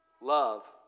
love